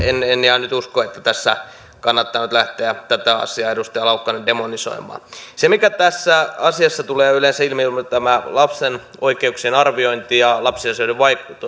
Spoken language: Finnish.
ihan usko että tässä kannattaa nyt lähteä tätä asiaa edustaja laukkanen demonisoimaan se mikä tässä asiassa tulee yleensä ilmi on juuri tämä lapsen oikeuksien arviointi ja lapsiasioiden